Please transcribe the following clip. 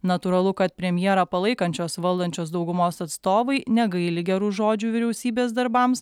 natūralu kad premjerą palaikančios valdančios daugumos atstovai negaili gerų žodžių vyriausybės darbams